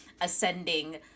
ascending